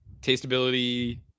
Tastability